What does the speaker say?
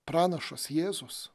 pranašas jėzus